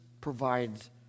provides